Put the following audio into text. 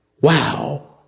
Wow